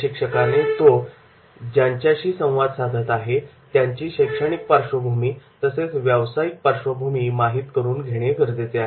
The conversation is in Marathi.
प्रशिक्षकाने तो ज्यांच्याशी संवाद साधत आहे त्यांची शैक्षणिक पार्श्वभूमी तसेच व्यावसायिक पार्श्वभूमी माहीत करून घेणे गरजेचे आहे